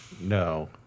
no